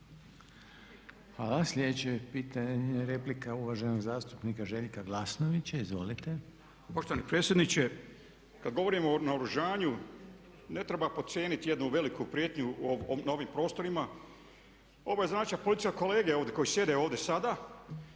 Hvala. Sljedeća je replika uvaženog zastupnika Željka Glasnovića, izvolite. **Glasnović, Željko (HDZ)** Poštovani predsjedniče, kad govorimo o naoružanju ne trebamo podcijeniti jednu veliku prijetnju na ovim prostorima, ovo je …/Ne razumije se./… kolege ovdje koji sjede ovdje sada.